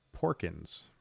Porkins